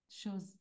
shows